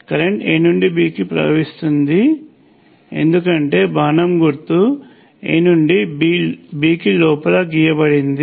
current A నుండి B వరకు ప్రవహిస్తుంది ఎందుకంటే బాణం గుర్తు A నుండి B కి లోపల గీయబడింది